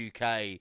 uk